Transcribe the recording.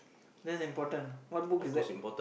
that's important what book is that